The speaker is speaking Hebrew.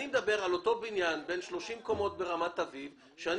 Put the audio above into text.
אני מדבר על אותו בניין בן 30 קומות ברמת אביב שבו אני